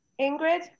Ingrid